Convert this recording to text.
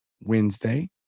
Wednesday